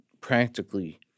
practically